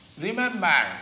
remember